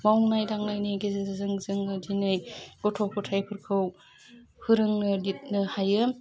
मावनाय दांनायनि गेजेरजों जोङो दिनै गथ' गथाइफोरखौ फोरोंनो लितनो हायो